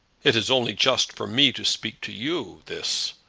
it is only just for me to speak to you this!